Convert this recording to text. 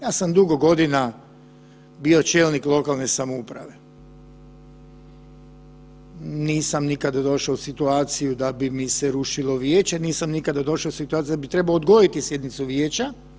Ja sam dugo godina bio čelnik lokalne samouprave, nisam nikad došao u situaciju da bi mi se rušilo vijeće, nisam nikada došao u situaciju da bi trebao odgoditi sjednicu vijeća.